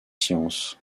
sciences